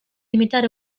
imitare